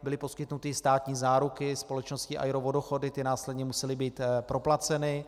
Byly poskytnuty státní záruky společnosti AERO Vodochody, ty následně musely být proplaceny.